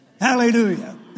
Hallelujah